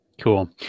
Cool